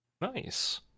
Nice